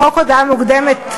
חוק הודעה מוקדמת,